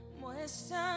muestra